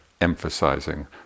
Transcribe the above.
emphasizing